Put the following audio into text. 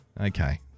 Okay